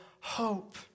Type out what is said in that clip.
Hope